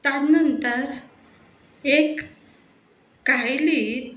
त्या नंतर एक कायलींत